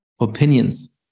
opinions